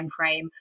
timeframe